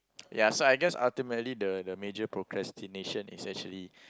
ya so I guess ultimately the the major procrastination is actually